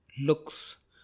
looks